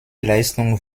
leistung